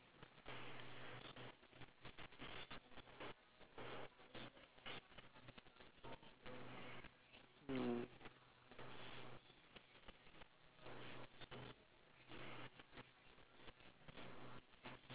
mm